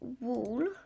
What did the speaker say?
wall